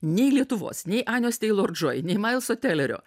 nei lietuvos nei anos tailor džoi nei mailso telerio